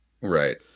Right